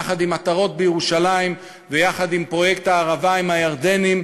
יחד עם עטרות בירושלים ויחד עם פרויקט הערבה עם הירדנים,